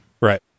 right